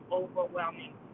overwhelming